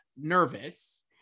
nervous